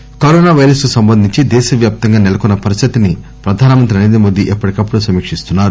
address corona virus కు సంబంధించి దేశ వ్యాప్తంగా నెలకొన్న పరిస్థితిని ప్రధాన మంత్రి నరేంద్రమోదీ ఎప్పటికప్పుడు సమీక్షిస్తున్నారు